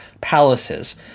palaces